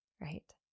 right